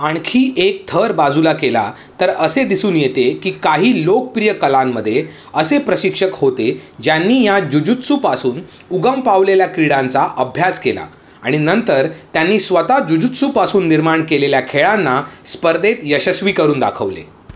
आणखी एक थर बाजूला केला तर असे दिसून येते की काही लोकप्रिय कलांमध्ये असे प्रशिक्षक होते ज्यांनी या जुजुत्सूपासून उगम पावलेल्या क्रीडांचा अभ्यास केला आणि नंतर त्यांनी स्वतः जुजुत्सूपासून निर्माण केलेल्या खेळांना स्पर्धेत यशस्वी करून दाखवले